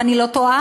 אם אני לא טועה,